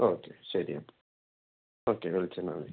okay ശരി എന്നാൽ okay വിളിച്ചാൽ മതി